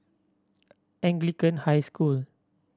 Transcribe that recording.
Anglican High School